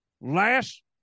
Last